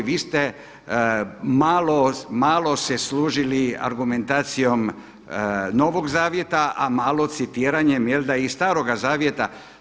Vi ste malo se služili argumentacijom Novog zavjeta, a malo citiranjem jel' da i Staroga zavjeta.